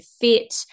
fit